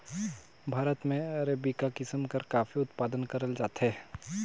भारत में अरेबिका किसिम कर काफी उत्पादन करल जाथे